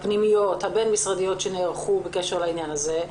הפנימיות הבין משרדיות שנערכו בקשר לעניין הזה.